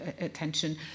attention